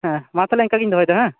ᱦᱮᱸ ᱢᱟ ᱛᱟᱦᱚᱞᱮ ᱤᱱᱠᱟ ᱜᱤᱧ ᱫᱚᱦᱚᱭ ᱮᱫᱟ ᱦᱮᱸ